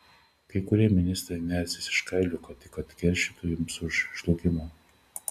kai kurie ministrai nersis iš kailio kad tik atkeršytų jums už žlugimą